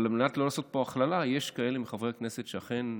על מנת לא לעשות הכללה, יש כאלה מחברי הכנסת שאכן,